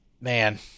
man